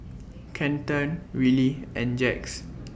Kenton Willie and Jax